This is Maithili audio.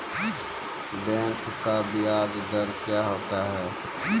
बैंक का ब्याज दर क्या होता हैं?